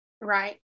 Right